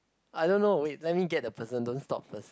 I don't know it let me get the person don't stop first